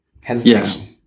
Hesitation